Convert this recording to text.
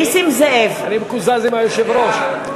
אני מקוזז עם היושב-ראש.